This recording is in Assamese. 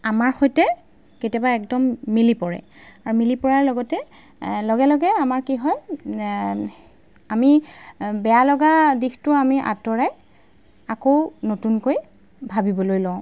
আমাৰ সৈতে কেতিয়াবা একদম মিলি পৰে আৰু মিলি পৰাৰ লগতে লগে লগে আমাৰ কি হয় আমি বেয়া লগা দিশটো আমি আঁতৰাই আকৌ নতুনকৈ ভাবিবলৈ লওঁ